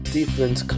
Different